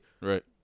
Right